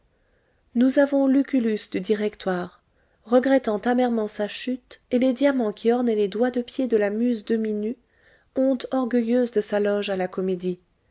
nous avons lucullus du directoire regrettant amèrement sa chute et les diamants qui ornaient les doigts de pied de la muse demi-nue honte orgueilleuse de sa loge à la comédie